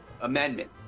amendment